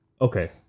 okay